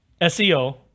SEO –